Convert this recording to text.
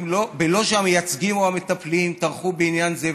בלא שהמייצגים או המטפלים טרחו בעניין זה,